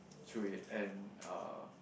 through it and uh